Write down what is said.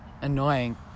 annoying